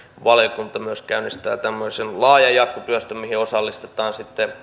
valiokunta käynnistää tämmöisen laajan jatkotyöstön mihin osallistetaan